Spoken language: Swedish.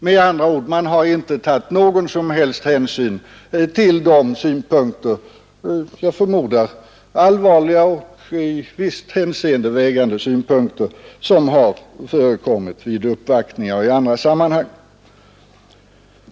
Man har med andra ord inte tagit någon som helst hänsyn till de synpunkter — jag förmodar allvarliga och i visst hänseende vägande synpunkter — som framförts vid uppvaktningar och i andra sammanhang.